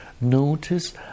Notice